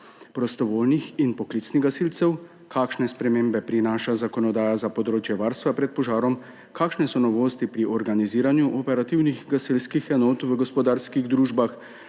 prostovoljnih in poklicnih gasilcev; kakšne spremembe prinaša zakonodaja za področje varstva pred požarom; kakšne so novosti pri organiziranju operativnih gasilskih enot v gospodarskih družbah;